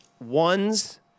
ones